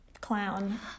clown